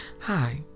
Hi